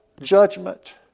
judgment